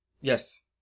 Yes